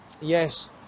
Yes